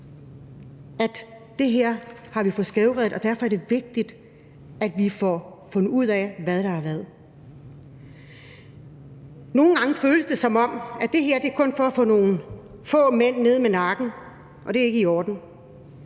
at det her har vi fået skævvredet, og derfor er det vigtigt, at vi får fundet ud af, hvad der er hvad. Nogle gange føles det, som om det her kun er for at få nogle få mænd ned med nakken, og det er ikke i orden,